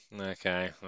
Okay